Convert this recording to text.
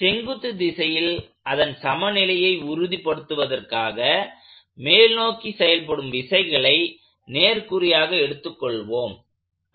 செங்குத்து திசையில் அதன் சமநிலையை உறுதிப்படுத்துவதற்காக மேல்நோக்கி செயல்படும் விசைகளை நேர்குறியாக எடுத்துக் கொள்வோம்